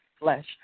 flesh